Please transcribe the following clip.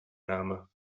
name